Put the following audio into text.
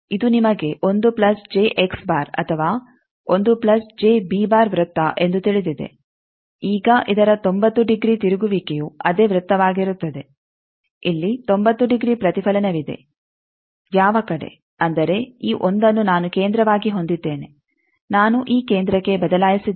ಇದು ನಿಮಗೆ ಅಥವಾ ವೃತ್ತ ಎಂದು ತಿಳಿದಿದೆ ಈಗ ಇದರ 90 ಡಿಗ್ರಿ ತಿರುಗುವಿಕೆಯು ಅದೇ ವೃತ್ತವಾಗಿರುತ್ತದೆ ಇಲ್ಲಿ 90 ಡಿಗ್ರಿ ಪ್ರತಿಫಲನವಿದೆ ಯಾವ ಕಡೆ ಅಂದರೆ ಈ 1ಅನ್ನು ನಾನು ಕೇಂದ್ರವಾಗಿ ಹೊಂದಿದ್ದೇನೆ ನಾನು ಈ ಕೇಂದ್ರಕ್ಕೆ ಬದಲಾಯಿಸಿದ್ದೇನೆ